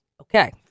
Okay